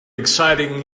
exciting